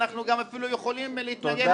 ואנחנו גם אפילו יכולים להתנגד גם לרובם.